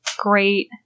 great